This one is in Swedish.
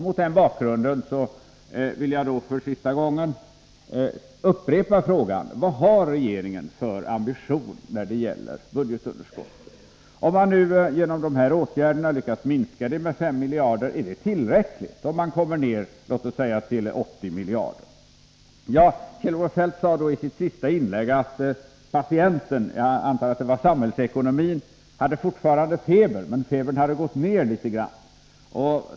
Mot den bakgrunden vill jag för sista gången upprepa frågan: Vad har regeringen för ambition när det gäller budgetunderskottet? Om man nu genom dessa åtgärder lyckas minska underskottet med 5 miljarder och kommer ner till låt oss säga 80 miljarder, är det tillräckligt? Kjell-Olof Feldt sade i sitt senaste inlägg att patienten — jag antar att det var samhällsekonomin — fortfarande hade feber men att febern hade gått ner litet grand.